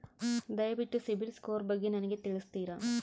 ದಯವಿಟ್ಟು CIBIL score ಬಗ್ಗೆ ನನಗೆ ತಿಳಿಸ್ತೀರಾ?